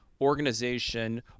organization